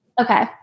Okay